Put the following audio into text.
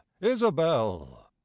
isabel